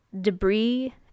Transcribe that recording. debris